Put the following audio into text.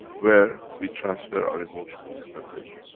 where we transfer our emotion instantaneously